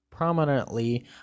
Prominently